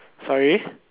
sorry